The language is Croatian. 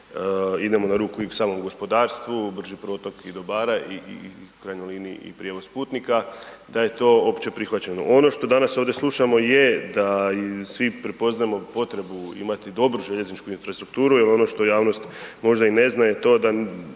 idemo na ruku samom gospodarstvu, brži protok i dobara, i u krajnjoj liniji i prijevoz putnika, da je to opće prihvaćeno. Ono što danas ovdje slušamo je da i svi prepoznajemo potrebi imati dobru željezničku infrastrukturu jer ono što javnost možda i ne zna je to da